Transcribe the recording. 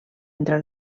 entre